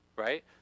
right